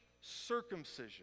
circumcision